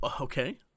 okay